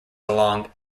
along